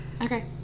Okay